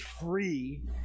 free